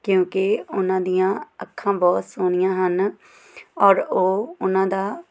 ਕਿਉਂਕਿ ਉਹਨਾਂ ਦੀਆਂ ਅੱਖਾਂ ਬਹੁਤ ਸੋਹਣੀਆਂ ਹਨ ਔਰ ਉਹ ਉਹਨਾਂ ਦਾ